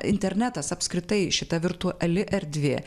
internetas apskritai šita virtuali erdvė